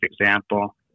example